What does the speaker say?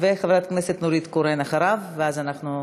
חברת הכנסת נורית קורן אחריו, ואז אנחנו נסיים.